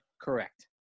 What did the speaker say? correct